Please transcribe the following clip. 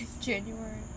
January